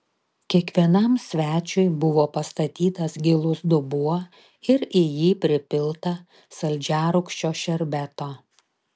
kiekvienam svečiui buvo pastatytas gilus dubuo ir į jį pripilta saldžiarūgščio šerbeto